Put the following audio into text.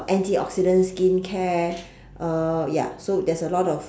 antioxidant skincare uh ya so there's a lot of